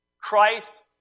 Christ